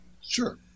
Sure